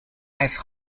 ice